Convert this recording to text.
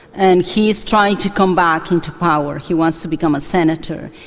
and he is trying to come back into power, he wants to become a senator.